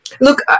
Look